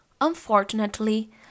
Unfortunately